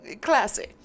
classy